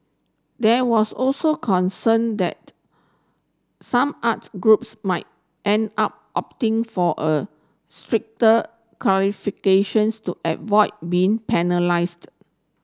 there was also concern that some arts groups might end up opting for a stricter to avoid being penalised